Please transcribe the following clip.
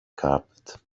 carpet